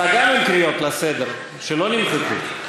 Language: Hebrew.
אתה גם עם קריאות לסדר שלא נמחקו.